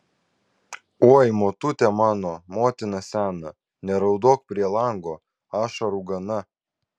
oi motute mano motina sena neraudok prie lango ašarų gana